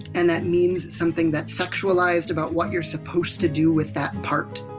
and that means something that's sexualized about what you're supposed to do with that part.